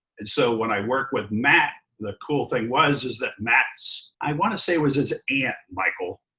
and so when i worked with matt, the cool thing was is that matt's. i wanna say was his aunt, michael,